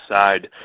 side